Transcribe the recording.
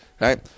right